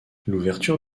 l’ouverture